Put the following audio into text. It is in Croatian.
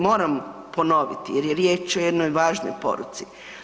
Moram ponoviti jer je riječ o jednoj važnoj poruci.